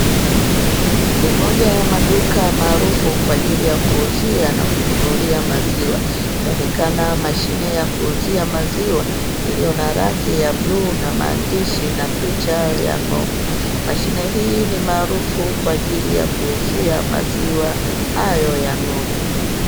Ni moja ya maduka maarufu kwa ajili ya kuuzia na kununulia maziwa, ikionekana mashine ya kuuzia maziwa iliyo na rangi ya bluu na maandishi, na picha ya ng'ombe. Mashine hii ni maarufu kwa ajili ya kuuzia maziwa hayo ya ng'ombe.